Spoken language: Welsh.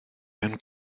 mewn